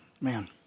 Man